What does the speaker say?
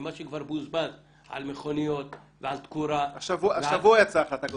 ממה שכבר בוזבז על מכוניות ועל תקורה --- השבוע יצאה החלטה כזאת.